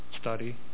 Study